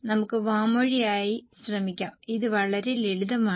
നമുക്ക് വാമൊഴിയായി ശ്രമിക്കാം ഇത് വളരെ ലളിതമാണ്